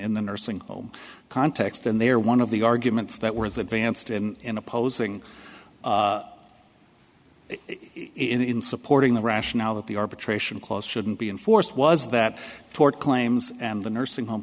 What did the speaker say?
in the nursing home context and they are one of the arguments that were as advanced in opposing it in supporting the rationale that the arbitration clause shouldn't be enforced was that tort claims and the nursing home